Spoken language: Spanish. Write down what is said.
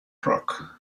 rock